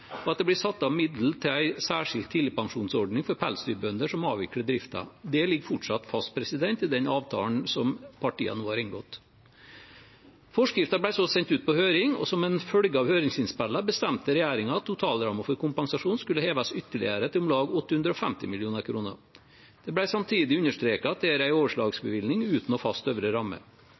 og at det ble satt av midler til en særskilt tidligpensjonsordning for pelsdyrbønder som avvikler driften. Det ligger fortsatt fast i den avtalen som partiene nå har inngått. Forskriften ble så sendt ut på høring, og som en følge av høringsinnspillene bestemte regjeringen at totalrammen for kompensasjon skulle heves ytterligere, til om lag 850 mill. kr. Det ble samtidig understreket at det var en overslagsbevilgning uten